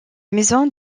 maison